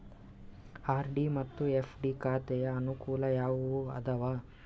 RD ಮತ್ತು FD ಖಾತೆಯ ಅನುಕೂಲ ಯಾವುವು ಅದಾವ?